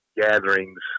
gatherings